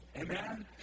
Amen